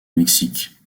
mexique